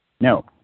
no